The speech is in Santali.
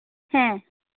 ᱦᱮᱸ